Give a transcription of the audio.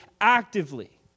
actively